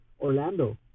Orlando